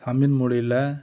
தமிழ்மொழியில்